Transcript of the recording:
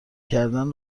کردن